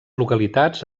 localitats